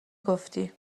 گفتی